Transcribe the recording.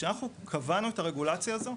כשאנחנו קבענו את הרגולציה הזו,